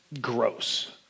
gross